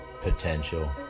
potential